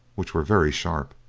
which were very sharp.